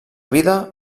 vida